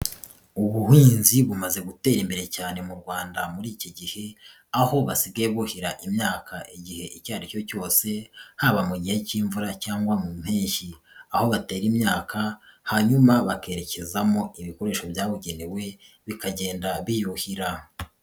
Ubuhinzi bumaze gutera imbere cyane mu Rwanda muri iki gihe, aho basigaye buhira imyaka igihe icyo aricyo cyose, haba mu gihe cy'imvura cyangwa mu mpeshyi. Aho batera imyaka, hanyuma bakerekezamo ibikoresho byabugenewe, bikagenda biyuhira.